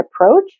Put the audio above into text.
approach